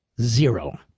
Zero